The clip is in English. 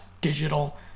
digital